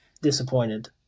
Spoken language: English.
disappointed